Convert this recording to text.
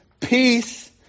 peace